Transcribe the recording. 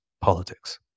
politics